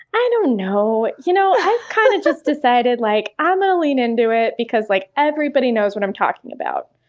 i don't know. you know, i kind of just decided like i'm going to lean into it because like everybody knows what i'm talking about,